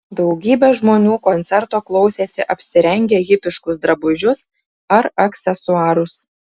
daugybė žmonių koncerto klausėsi apsirengę hipiškus drabužius ar aksesuarus